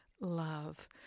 Love